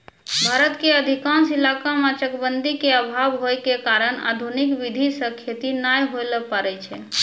भारत के अधिकांश इलाका मॅ चकबंदी के अभाव होय के कारण आधुनिक विधी सॅ खेती नाय होय ल पारै छै